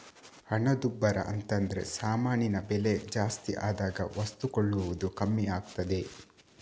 ಹಣದುಬ್ಬರ ಅಂತದ್ರೆ ಸಾಮಾನಿನ ಬೆಲೆ ಜಾಸ್ತಿ ಆದಾಗ ವಸ್ತು ಕೊಳ್ಳುವುದು ಕಮ್ಮಿ ಆಗ್ತದೆ